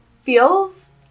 feels